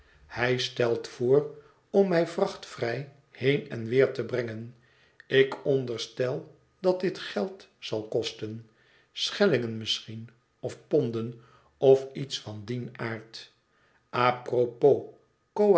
hij stelt voor om mij vrachtvrij heen en weer te brengen ik onderstel dat dit geld zal kosten schellingen misschien of ponden of iets van dien aard apropos